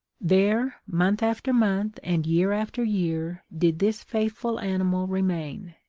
there, month after month, and year after year, did this faithful animal remain,